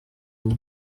umwe